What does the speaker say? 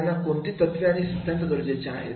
त्यांना कोणती तत्त्वे आणि सिद्धांत गरजेचे आहेत